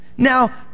Now